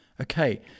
Okay